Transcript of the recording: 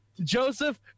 Joseph